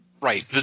Right